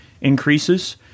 increases